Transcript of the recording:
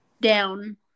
down